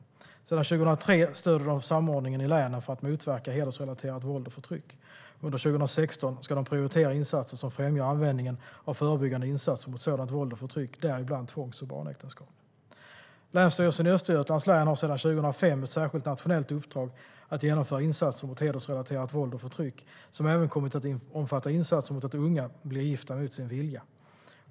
Sedan 2003 stöder de samordningen i länen för att motverka hedersrelaterat våld och förtryck. Under 2016 ska de prioritera insatser som främjar användningen av förebyggande insatser mot sådant våld och förtryck, däribland tvångs och barnäktenskap. Länsstyrelsen i Östergötlands län har sedan 2005 ett särskilt nationellt uppdrag att genomföra insatser mot hedersrelaterat våld och förtryck, vilket även kommit att omfatta insatser mot att unga blir gifta mot sin vilja.